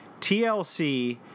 TLC